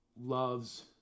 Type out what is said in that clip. loves